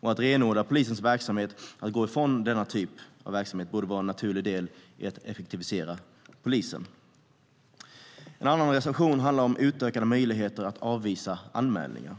Att renodla polisens verksamhet och gå ifrån denna typ av verksamhet borde vara en naturlig del i att effektivisera polisen. En annan reservation handlar om utökade möjligheter att avvisa anmälningar.